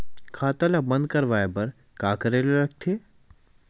खाता ला बंद करवाय बार का करे ला लगथे?